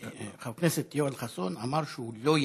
חבר הכנסת יואל חסון אמר שהוא לא ידע,